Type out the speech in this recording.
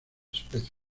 especies